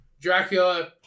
Dracula